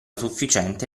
sufficiente